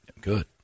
Good